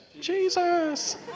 Jesus